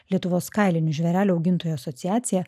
lietuvos kailinių žvėrelių augintojų asociacija